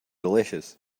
delicious